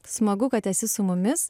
smagu kad esi su mumis